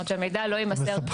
זאת אומרת, המידע לא יימסר.